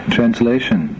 Translation